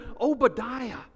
Obadiah